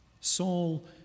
Saul